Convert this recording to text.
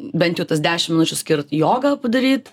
bent jau tas dešim minučių skirt jogą padaryt